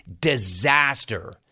disaster